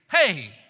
hey